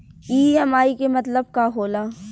EMI के मतलब का होला?